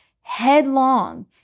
headlong